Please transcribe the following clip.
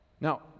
Now